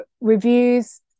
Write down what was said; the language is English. reviews